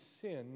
sin